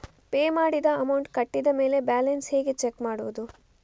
Pay ಮಾಡಿದ amount ಕಟ್ಟಿದ ಮೇಲೆ ಬ್ಯಾಲೆನ್ಸ್ ಹೇಗೆ ಚೆಕ್ ಮಾಡುವುದು?